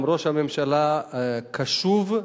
גם ראש הממשלה קשוב,